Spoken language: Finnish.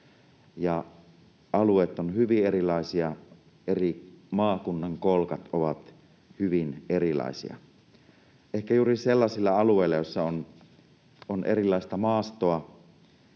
alueet ovat hyvin erilaisia, eri maakunnan kolkat ovat hyvin erilaisia. Ehkä juuri sellaisilla alueilla, joissa on erilaista maastoa,